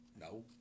No